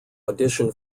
audition